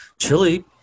chili